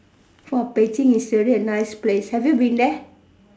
for baking it's really is a nice place have you been there